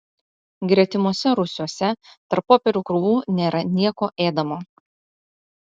gretimuose rūsiuose tarp popierių krūvų nėra nieko ėdamo